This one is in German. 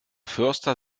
förster